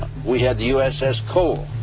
we had the uss cole,